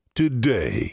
today